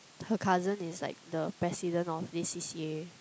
her cousin is like the president of this C_C_A